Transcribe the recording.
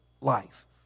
life